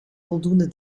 voldoende